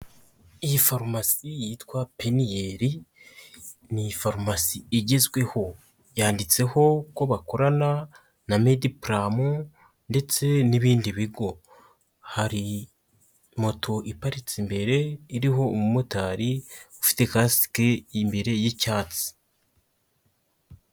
Iyi farumasi yitwa Peniel ni farumasi igezweho yanditseho ko bakorana na mediplam ndetse n'ibindi bigo, hari moto iparitse imbere iriho umumotari ufite kasike imbere y'icyatsi.